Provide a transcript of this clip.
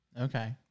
Okay